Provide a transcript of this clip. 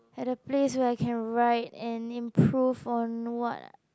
at a place where I can write and improve on what